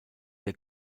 der